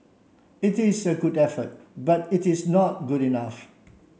it is a good effort but it is not good enough